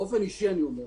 באופן אישי אני אומר,